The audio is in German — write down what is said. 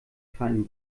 keinen